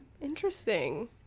Interesting